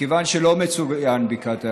מכיוון שלא מצוין בקעת הירדן,